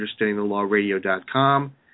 understandingthelawradio.com